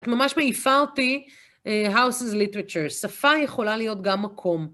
ממש מעיפה אותי, House's Literature, שפה יכולה להיות גם מקום.